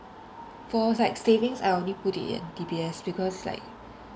for like savings I only put it in D_B_S because like